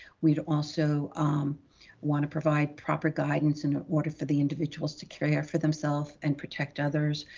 we'd also want to provide proper guidance in order for the individuals to care for themselves and protect others.